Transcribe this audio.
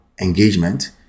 engagement